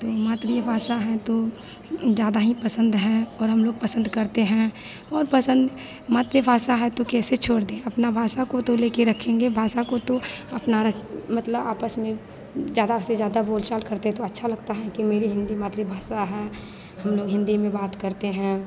तो मातृभाषा है तो ज़्यादा ही पसन्द है और हमलोग पसन्द करते हैं और पसन्द मातृभाषा है तो कैसे छोड़ दें अपनी भाषा को तो लेकर रखेंगे भाषा को तो अपना मतलब आपस में ज़्यादा से ज़्यादा बोल चाल करते तो अच्छा लगता है कि मेरी हिन्दी मातृभाषा है हमलोग हिन्दी में बात करते हैं